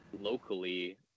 locally